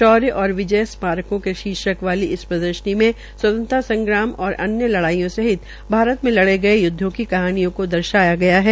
शौर्य और विजय स्मारकों के शीर्षक वाली इस प्रदर्शनी स्वतंत्रता संग्राम और अन्य लडाईयो सहित भारत में लडे गये यूदवों की कहानियों को दर्शाया गया है